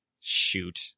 Shoot